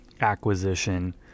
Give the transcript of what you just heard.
acquisition